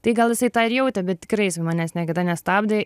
tai gal jisai tą ir jautė bet tikrai manęs niekada nestabdė